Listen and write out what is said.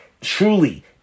truly